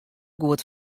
goed